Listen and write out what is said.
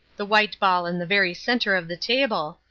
the white ball in the very centre of the table,